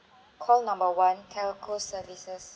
call number one telco services